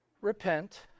repent